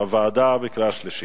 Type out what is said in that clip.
ואנחנו עוברים לקריאה שלישית.